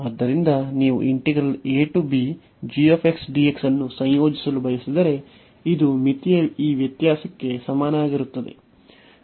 ಆದ್ದರಿಂದ ನೀವು ಈ ಅನ್ನು ಸಂಯೋಜಿಸಲು ಬಯಸಿದರೆ ಇದು ಮಿತಿಯ ಈ ವ್ಯತ್ಯಾಸಕ್ಕೆ ಸಮನಾಗಿರುತ್ತದೆ